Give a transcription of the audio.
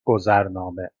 گذرنامه